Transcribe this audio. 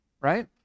right